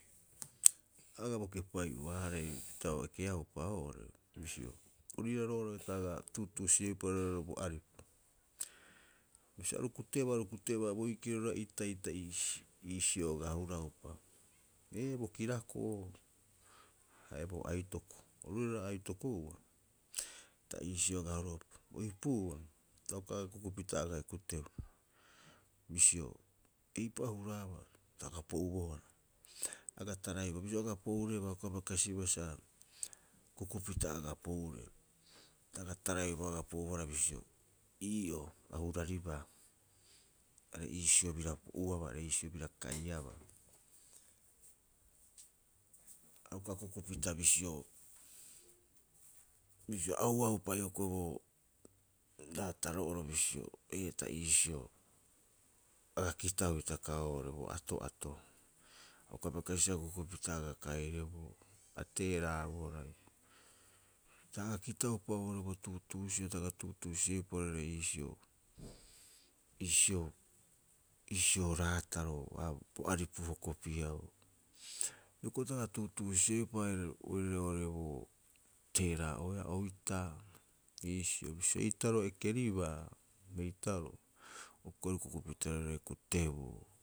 Agaa bo kepai'uaarei, pita o ekeaupa oo'ore bisio, ori iiraa roo'ore ta aga tuutuusi'eupa bo aripu. Bisio aru kutebaa- aru kutebaa boikiro roga'a ita ta iisi iisio aga huraupa. Ee bo kirako'o haia bo aitoko, oru roira aitoko'ua, ta iisio aga huraupa bo ipu'ua ta uka akukupita agaae kuteu. Bisio eipa'oo huraaba ta aga po'ubohara, aga tarai'o bisio aga po'urebaa a uka bai kasiba sa kukupita aga po'ureu. Ta aga tarai'o'upa aga po'ubohara bisio, ii'oo a huraribaa are iisio bira po'uabaa are ii'sio bira kaiabaa. A uka a kukupita bisio- bisio a ouaupa hoko'i boo raataro'oro bisio ee ta iisio aga kitau hitaka oo'ore bo ato'ato a uka baikasibaa sa a kukupita aga kaireboo a teera'bohara. Ta aga kitaupa oo'ore bo tuutuusi'e ta aga tuutuusi'eupa oirare ii'sio iisio- iisio raataroo bo aripu hokopi; eau hioko'i ta aga tuutuusi'eupa oirare oo'ore bo teera'a'oea oitaa iisio bisio eitaroo ekeribaa eitaroo o koeruu kukupita roiraae kutebuu.